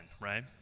right